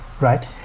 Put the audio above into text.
right